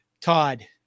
Todd